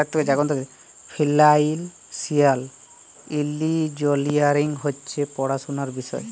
financial engineering হছে পড়াশুলার বিষয়